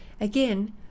Again